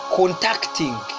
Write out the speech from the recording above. contacting